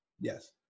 Yes